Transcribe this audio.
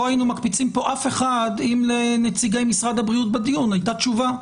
לא היינו מקפיצים פה אף אחד אם לנציגי משרד הבריאות בדיון הייתה תשובה,